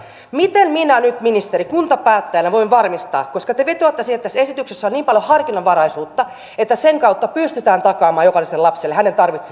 miten minä nyt ministeri kuntapäättäjänä voin varmistaa koska te vetoatte siihen että tässä esityksessä on niin paljon harkinnanvaraisuutta että sen kautta pystytään takaamaan jokaiselle lapselle hänen tarvitsemansa määrä eikö näin